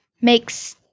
makes